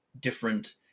different